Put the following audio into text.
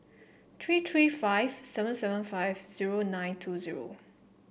three three five seven seven five zero nine two zero